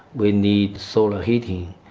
we need solar heating,